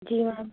جی میم